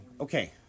Okay